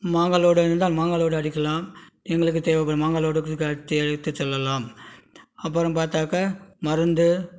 மாங்காய் லோடு இருந்தால் மாங்காய் லோடு அடிக்கலாம் எங்களுக்கு தேவைப்படுற மாங்காய் லோடு ஏற்றச் செல்லலாம் அப்புறம் பார்த்தாக்கா மருந்து